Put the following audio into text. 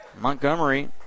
Montgomery